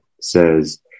says